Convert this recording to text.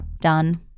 done